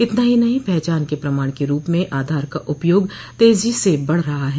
इतना ही नहीं पहचान के प्रमाण के रूप में आधार का उपयोग तेजी से बढ़ रहा है